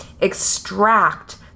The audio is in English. extract